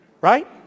Right